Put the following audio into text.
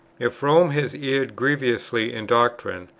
if rome has erred grievously in doctrine,